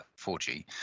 4G